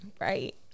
Right